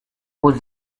was